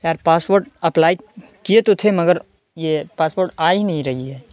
یار passport apply کیے تو تھے مگر یہ پاسپورٹ آ ہی نہیں رہی ہے